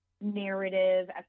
narrative